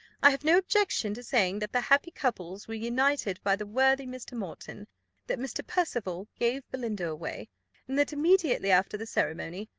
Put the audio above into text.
i have no objection to saying that the happy couples were united by the worthy mr. moreton that mr. percival gave belinda away and that immediately after the ceremony,